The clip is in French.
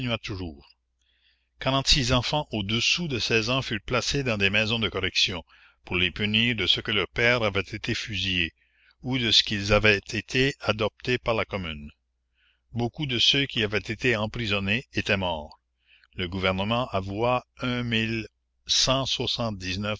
toujours enfants au-dessous de ans furent placés dans des maisons de correction pour les punir de ce que leurs pères avaient été fusillés ou de ce qu'ils avaient été adoptés par la commune beaucoup de ceux qui avaient été emprisonnés étaient morts le gouvernement avoua